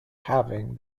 having